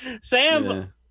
Sam